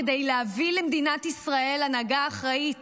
כדי להביא למדינת ישראל הנהגה אחראית